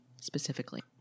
specifically